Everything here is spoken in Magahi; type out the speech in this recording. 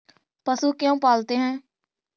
पशु क्यों पालते हैं?